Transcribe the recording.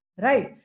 right